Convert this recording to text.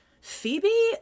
Phoebe